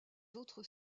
autres